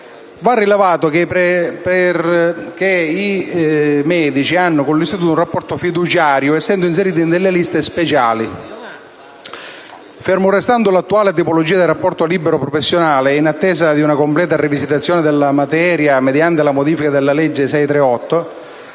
Va rilevato che i medici hanno con l'istituto un rapporto fiduciario essendo inseriti in liste speciali. Fermo restando l'attuale tipologia del rapporto libero-professionale e in attesa di una completa rivisitazione della materia mediante la modifica della legge n.